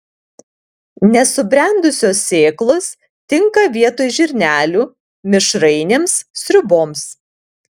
nesubrendusios sėklos tinka vietoj žirnelių mišrainėms sriuboms